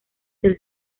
del